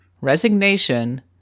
resignation